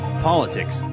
Politics